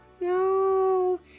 No